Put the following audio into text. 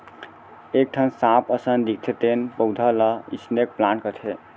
एक ठन सांप असन दिखथे तेन पउधा ल स्नेक प्लांट कथें